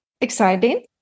exciting